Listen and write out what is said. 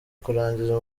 kurangiza